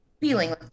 feeling